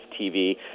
TV